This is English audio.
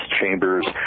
chambers